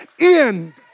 end